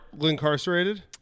incarcerated